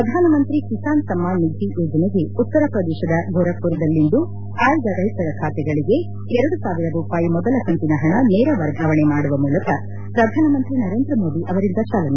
ಪ್ರಧಾನಮಂತ್ರಿ ಕಿಸಾನ್ ಸಮ್ಮಾನ್ ನಿಧಿ ಯೋಜನೆಗೆ ಉತ್ತರಪ್ರದೇಶದ ಗೋರಖ್ಪುರದಲ್ಲಿಂದು ಆಯ್ದ ರೈತರ ಖಾತೆಗಳಿಗೆ ಎರಡು ಸಾವಿರ ರೂಪಾಯಿ ಮೊದಲ ಕಂತಿನ ಹಣ ನೇರ ವರ್ಗಾವಣೆ ಮಾಡುವ ಮೂಲಕ ಪ್ರಧಾನಮಂತ್ರಿ ನರೇಂದ್ರ ಮೋದಿ ಅವರಿಂದ ಚಾಲನೆ